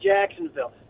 Jacksonville